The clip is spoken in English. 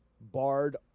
barred